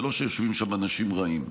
זה לא שיושבים שם אנשים רעים,